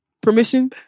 Permission